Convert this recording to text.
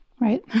right